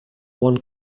one